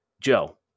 Joe